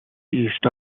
east